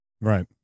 Right